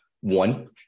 One